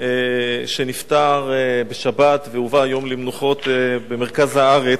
שנפטר בשבת והובא היום למנוחות במרכז הארץ.